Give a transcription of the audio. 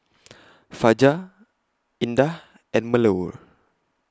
Fajar Indah and Melur